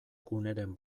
guneren